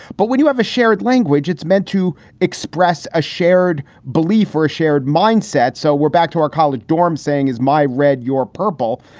but when you have a shared language, it's meant to express a shared belief or a shared mindset. so we're back to our college dorm saying, is my red your purple?